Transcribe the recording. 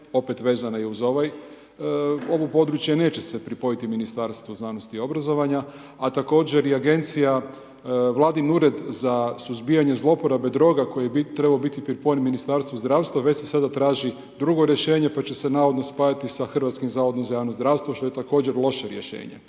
opet vezana i uz ovo područje, neće se pripojiti Ministarstvu znanosti i obrazovanja, a također i agencija, Vladin ured za suzbijanje zlouporabe droga koji je trebao biti pripojen Ministarstvu zdravstva, već se sada traži drugo rješenje pa će se navodno spajati sa Hrvatskim zavodom za javno zdravstvo, što je također loše rješenje.